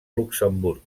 luxemburg